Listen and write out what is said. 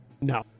No